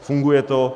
Funguje to.